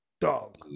dog